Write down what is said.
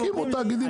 תקימו אתם תאגידים.